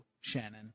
Shannon